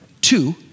Two